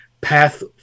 path